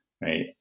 right